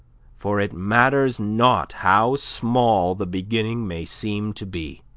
for it matters not how small the beginning may seem to be